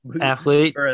Athlete